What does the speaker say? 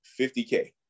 50K